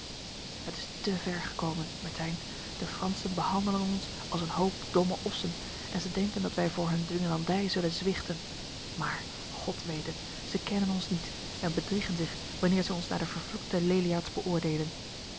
het is te ver gekomen mertyn de fransen behandelen ons als een hoop domme ossen en zij denken dat wij voor hun dwingelandij zullen zwichten maar god weet het zij kennen ons niet en bedriegen zich wanneer zij ons naar de vervloekte leliaards beoordelen